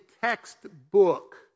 textbook